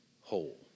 whole